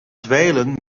dweilen